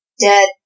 Dead